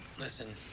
listen,